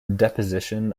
deposition